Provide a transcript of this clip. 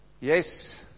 yes